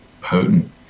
potent